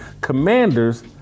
Commanders